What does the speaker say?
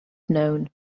known